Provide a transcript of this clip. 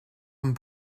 een